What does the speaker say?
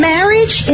Marriage